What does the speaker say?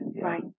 Right